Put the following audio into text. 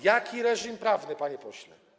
Jaki reżim prawny, panie pośle?